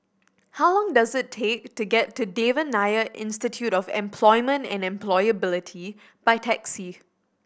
how long does it take to get to Devan Nair Institute of Employment and Employability by taxi